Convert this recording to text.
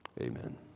Amen